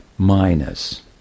Minus